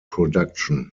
production